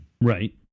Right